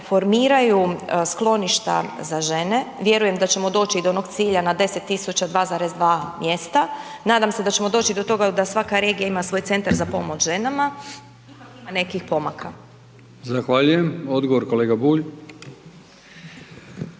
formiraju skloništa za žene, vjerujem da ćemo doći do onog cilja na 10.000 2,2 mjesta, nadam se da ćemo doći do toga da svaka regija ima svoj centar za pomoć ženama. Ima nekih pomaka. **Brkić, Milijan (HDZ)** Zahvaljujem. Odgovor kolega Bulj.